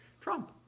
Trump